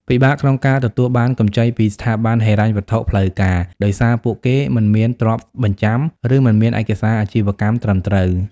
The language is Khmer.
ពិបាកក្នុងការទទួលបានកម្ចីពីស្ថាប័នហិរញ្ញវត្ថុផ្លូវការ ដោយសារពួកគេមិនមានទ្រព្យបញ្ចាំ ឬមិនមានឯកសារអាជីវកម្មត្រឹមត្រូវ ។